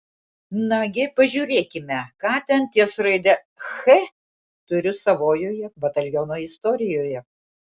nagi pažiūrėkime ką ten ties raide ch turiu savojoje bataliono istorijoje